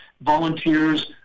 volunteers